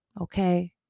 okay